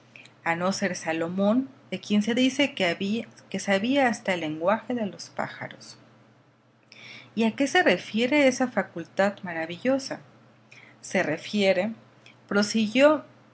a no ser salomón de quien se dice que sabía hasta el lenguaje de los pájaros y a qué se refiere esa facultad maravillosa se refiere prosiguió